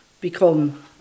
become